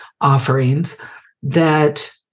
offerings—that